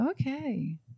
okay